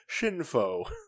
Shinfo